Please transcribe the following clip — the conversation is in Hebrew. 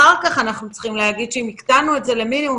אם הקטנו את זה למינימום,